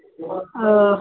ओ